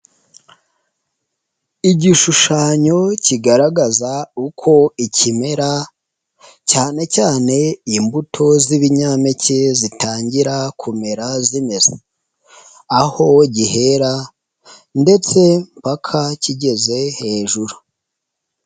Igishushanyo kigaragaza uko ikimera cyane cyane imbuto z'ibinyampeke zitangira kumera zimeze, aho gihera ndetse mpaka kigeze hejuru.